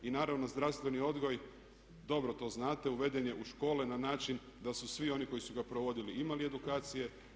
I naravno, zdravstveni odgoj dobro to znate uveden je u škole na način da su svi oni koji su ga provodili imali edukacije.